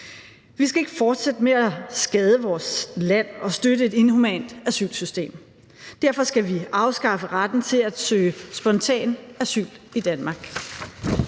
Vi skal ikke fortsætte med at skade vores land og støtte et inhumant asylsystem. Derfor skal vi afskaffe retten til at søge spontant asyl i Danmark.